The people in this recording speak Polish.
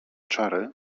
czary